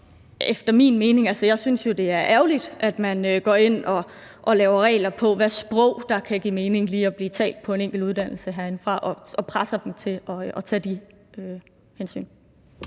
Jeg synes jo, det er ærgerligt, at man herindefra går ind og laver regler for, hvilket sprog der kan give mening lige at blive talt på ved en enkelt uddannelse, og presser dem til at tage hensyn